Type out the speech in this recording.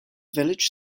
village